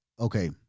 okay